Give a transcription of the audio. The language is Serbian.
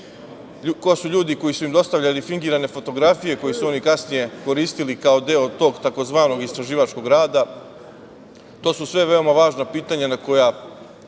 ko su ljudi koji su im dostavljali fingirane fotografije koje su oni kasnije koristili kao deo tog tzv. istraživačkog rada. To su sve veoma važna pitanja na koja